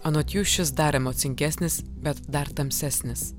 anot jų šis dar emocingesnis bet dar tamsesnis